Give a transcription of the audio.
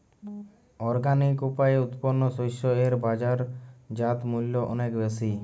organic উপায়ে উৎপন্ন শস্য এর বাজারজাত মূল্য অনেক বেশি